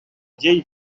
vieille